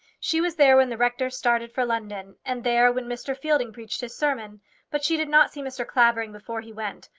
she was there when the rector started for london, and there when mr. fielding preached his sermon but she did not see mr. clavering before he went,